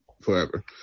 forever